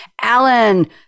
Alan